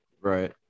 Right